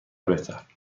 بهتر